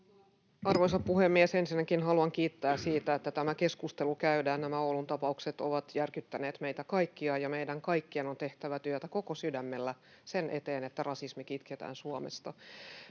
Arvoisa puhemies! Ensinnäkin haluan kiittää siitä, että tämä keskustelu käydään. Nämä Oulun tapaukset ovat järkyttäneet meitä kaikkia, ja meidän kaikkien on tehtävä työtä koko sydämellä sen eteen, että rasismi kitketään Suomesta.